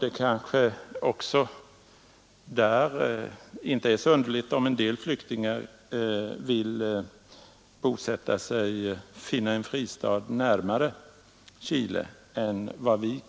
Det kanske inte heller är så underligt om en del flyktingar vill försöka finna en fristad närmare Chile än vad vi